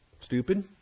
stupid